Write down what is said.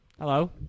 hello